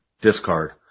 discard